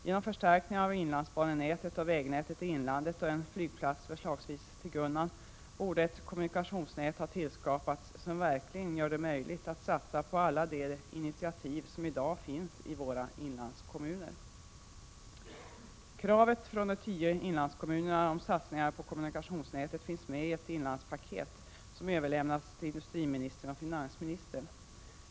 Genom förstärkningar av inlandsbanenätet och vägnätet i inlandet och en flygplats, förslagsvis vid Gunnarn, borde ett kommunikationsnät tillskapas som verkligen gör det möjligt att satsa på alla de initiativ som i dag finns i våra inlandskommuner. Kravet från de tio inlandskommunerna om satsningar på kommunikationsnätet finns med i ett inlandspaket, som överlämnats till industriministern och finansministern.